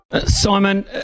Simon